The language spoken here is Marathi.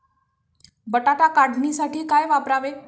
बटाटा काढणीसाठी काय वापरावे?